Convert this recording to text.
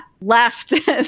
left